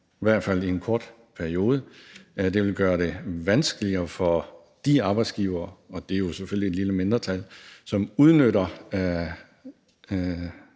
i hvert fald i en kort periode. Det vil gøre det vanskeligere for de arbejdsgivere – og det er jo selvfølgelig et lille mindretal – som udnytter